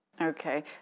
Okay